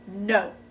no